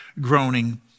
groaning